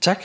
Tak.